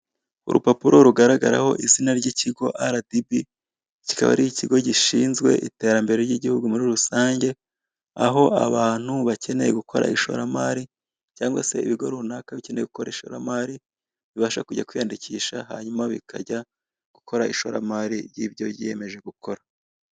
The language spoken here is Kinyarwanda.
Urupapuro rugaragaraho izina ry'ikigo RDB kikaba ari icyigo gishinzwe iterambere ry'igihugu muri rusange , aho abantu bakeneye gukora ishoramari cyangwa se ibigo runaka bikeneye gukora ishoramari bibasha kujya kwiyandikisha hanyuma bikajya gukora ishoramari ryibyo ryiyemeje gukora.